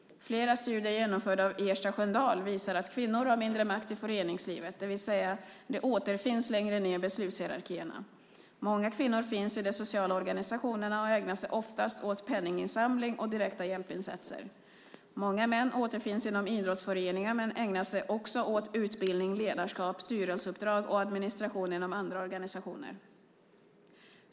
Flera studier genomförda av Ersta Sköndal visar att kvinnor har mindre makt i föreningslivet, det vill säga de återfinns längre ned i beslutshierarkierna. Många kvinnor finns i de sociala organisationerna och ägnar sig oftast åt penninginsamling och direkta hjälpinsatser. Många män återfinns inom idrottsföreningar men ägnar sig också åt utbildning, ledarskap, styrelseuppdrag och administration inom andra organisationer.